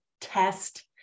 test